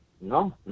No